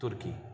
ترکی